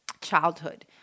childhood